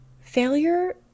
failure